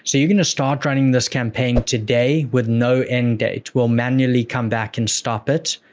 so you're going to start running this campaign today with no end-date. we'll manually come back and stop it,